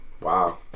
Wow